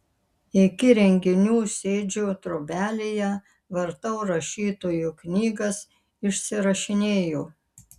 iki renginių sėdžiu trobelėje vartau rašytojo knygas išsirašinėju